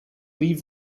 leave